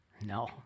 No